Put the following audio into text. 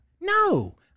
no